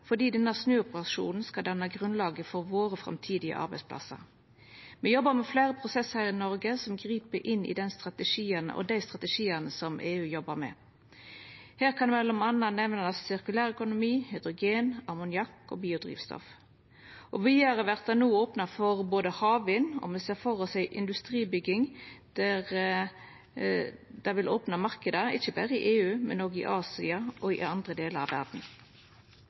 fordi denne snuoperasjonen skal danna grunnlaget for dei framtidige arbeidsplassane våre. Me jobbar med fleire prosesser her i Noreg som grip inn i dei strategiane EU jobbar med. Her kan ein m.a. nemna sirkulærøkonomi, hydrogen, ammoniakk og biodrivstoff. Vidare vert det no opna for havvind, og me ser for oss ei industribygging som vil opna marknader – ikkje berre i EU, men òg i Asia og andre delar av